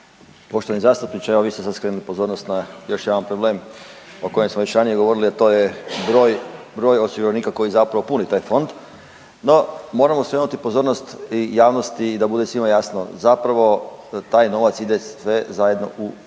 Poštovani zastupniče evo vi ste sad skrenuli pozornost na još jedan problem o kojem smo već ranije govorili, a to je broj, broj osiguranika koji zapravo puni taj fond, no moramo skrenuti pozornost javnosti i da bude svima jasno zapravo taj novac ide sve zajedno u državni